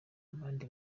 abandi